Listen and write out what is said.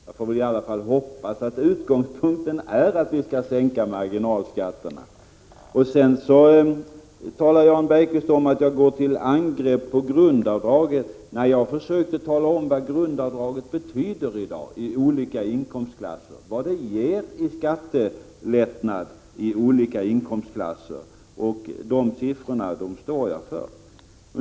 Jag får väl i alla fall hoppas att utgångspunkten är att vi skall sänka marginalskatterna. Jan Bergqvist säger att jag går till angrepp mot grundavdraget. Nej, jag försökte tala om vad grundavdraget betyder i dag och vad det ger i skattelättnad i olika inkomstklasser. De siffrorna står jag för.